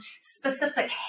specific